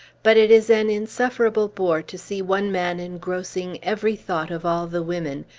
but it is an insufferable bore to see one man engrossing every thought of all the women,